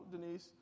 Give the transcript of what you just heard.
Denise